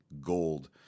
gold